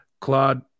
Claude